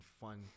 fun